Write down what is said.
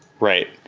right.